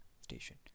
station